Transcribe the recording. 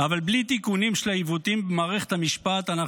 אבל בלי תיקונים של העיוותים במערכת המשפט אנחנו